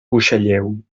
buixalleu